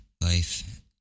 life